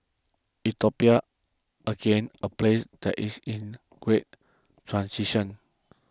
Ethiopia again a place that is in great transition